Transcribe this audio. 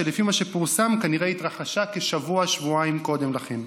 שלפי מה שפורסם כנראה התרחשה כשבוע-שבועיים קודם לכן.